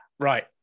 Right